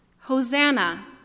Hosanna